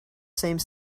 same